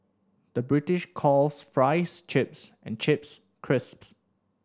the British calls fries chips and chips crisps